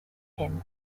him